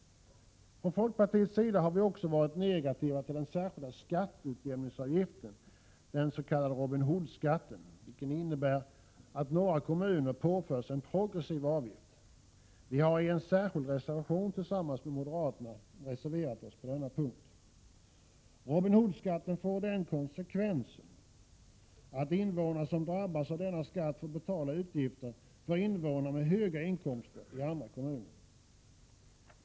Från folkpartiets sida har vi också varit negativa till den särskilda skatteutjämningsavgiften, den s.k. Robin Hood-skatten, vilket innebär att några kommuner påförs en progressiv avgift. Vi har i en särskild reservation tillsammans med moderaterna reserverat oss på denna punkt. Robin Hood-skatten får den konsekvensen att invånare som drabbas av denna skatt får betala utgifterna för invånare med höga inkomster i andra kommuner.